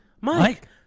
Mike